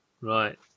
right